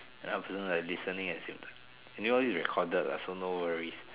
then I'm also like listening at the same time anyway all this is recorded lah so no worries